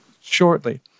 shortly